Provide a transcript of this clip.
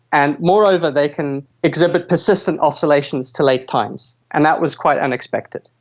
and moreover, they can exhibit persistent oscillations to late times. and that was quite unexpected.